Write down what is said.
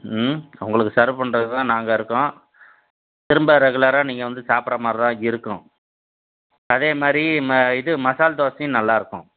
ம் உங்களுக்கு சர்வ் பண்ணுறதுக்கு தான் நாங்கள் இருக்கோம் திரும்ப ரெகுலராக நீங்கள் வந்து சாப்பிட்ற மாதிரி தான் இருக்கும் அதே மாதிரி ம இது மசால் தோசையும் நல்லாயிருக்கும்